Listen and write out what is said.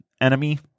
enemy